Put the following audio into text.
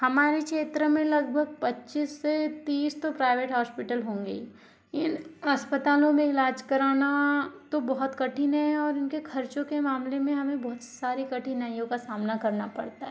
हमारे क्षेत्र में लगभग पच्चीस से तीस तो प्राइवेट हॉस्पिटल होंगे ही इन अस्पतालों में इलाज कराना तो बहुत कठिन है और इनके खर्चों को मामले में हमे बहुत सारी कठिनाइयों का सामना करना पड़ता है